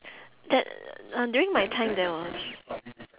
that uh during my time there was